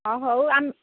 ହଁ ହେଉ ଆମ୍